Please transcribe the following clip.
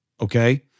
okay